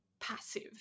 passive